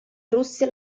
russia